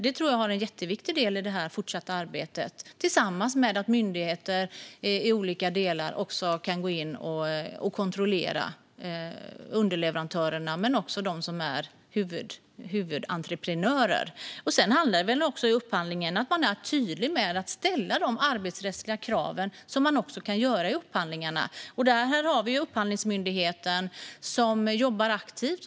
Det tror jag är en jätteviktig del i det fortsatta arbetet tillsammans med att myndigheter i olika delar kan gå in och kontrollera underleverantörerna men också dem som är huvudentreprenörer. Det handlar också om att man i upphandlingen är tydlig med att ställa de arbetsrättsliga krav som man kan göra i upphandlingarna. Här har vi Upphandlingsmyndigheten som jobbar aktivt.